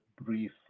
Brief